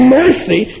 mercy